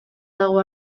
dago